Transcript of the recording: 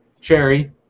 Cherry